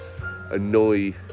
annoy